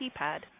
keypad